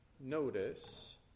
notice